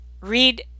read